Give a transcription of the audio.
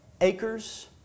acres